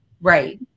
Right